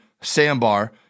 sandbar